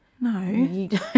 No